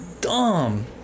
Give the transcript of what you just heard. dumb